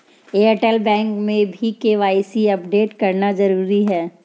Airtel bank में भी KYC update करना जरूरी है